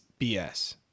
BS